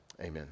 Amen